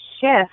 shift